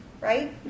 right